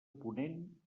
ponent